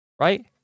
Right